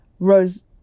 rose